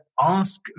ask